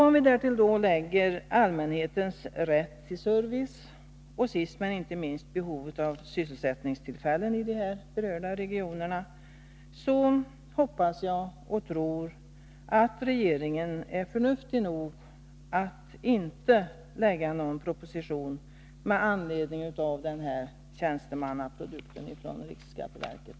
Om vi därtill lägger allmänhetens rätt till service och sist men inte minst behovet av sysselsättningstillfällen i de berörda regionerna, hoppas jag och tror att regeringen är förnuftig nog att inte lägga fram någon proposition med anledning av den här tjänstemannaprodukten från riksskatteverket.